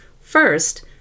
First